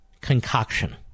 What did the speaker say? concoction